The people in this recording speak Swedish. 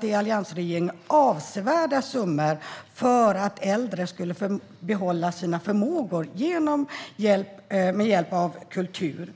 i alliansregeringen avsatte avsevärda summor för att äldre skulle få behålla sina förmågor med hjälp av kultur.